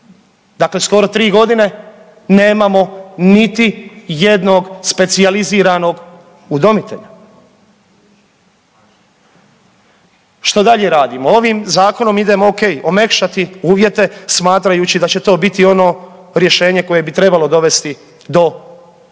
dakle skoro tri godine nemamo niti jednog specijaliziranog udomitelja. Što dalje radimo? Ovim zakonom idemo ok, omekšati uvjete smatrajući da će to biti ono rješenje koje bi trebalo dovesti do udomljavanja.